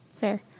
Fair